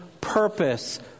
purpose